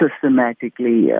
systematically